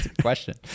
question